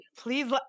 Please